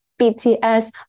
BTS